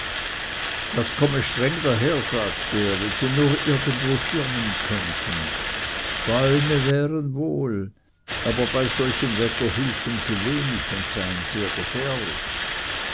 das komme streng daher sagte er wenn sie nur irgendwo schirmen könnten bäume wären wohl aber bei solchem wetter hülfen sie wenig und seien sehr gefährlich